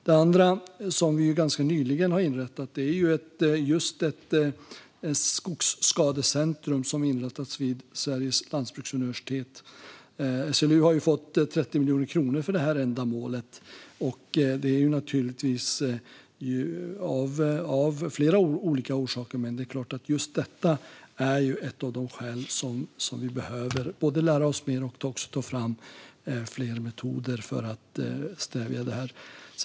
Det andra, som vi ganska nyligen har inrättat, är det skogsskadecentrum som har inrättats vid Sveriges lantbruksuniversitet. SLU har fått 30 miljoner kronor för det här ändamålet, och det är naturligtvis av flera olika orsaker, men just detta är ett av de skäl som finns. Vi behöver lära oss mer och ta fram fler metoder för att stävja problemen.